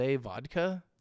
Vodka